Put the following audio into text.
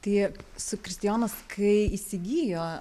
tai su kristijonas kai įsigijo